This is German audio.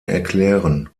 erklären